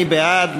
מי בעד?